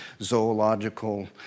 zoological